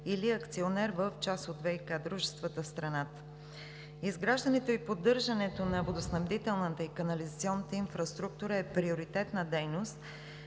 или акционер в част от ВиК дружествата в страната. Изграждането и поддържането на водоснабдителната и канализационната инфраструктура е приоритетна дейност